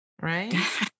right